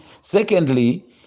secondly